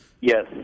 Yes